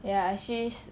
ya she's